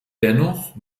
dennoch